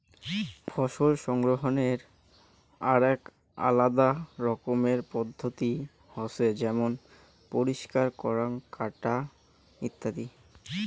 ফসল সংগ্রহনের আরাক আলাদা রকমের পদ্ধতি হসে যেমন পরিষ্কার করাঙ, কাটা ইত্যাদি